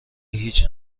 هیچ